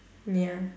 ya